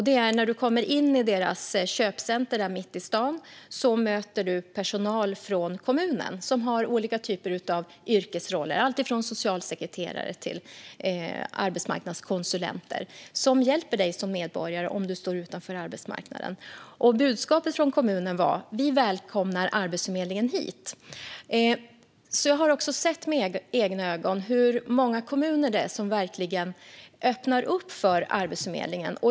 När du kommer in i köpcentret mitt i stan möter du personal från kommunen som har olika typer av yrkesroller - alltifrån socialsekreterare till arbetsmarknadskonsulenter som hjälper dig som medborgare om du står utanför arbetsmarknaden. Budskapet från kommunen var: Vi välkomnar Arbetsförmedlingen hit! Jag har sett med egna ögon hur många kommuner som verkligen öppnar upp för Arbetsförmedlingen.